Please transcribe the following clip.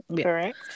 correct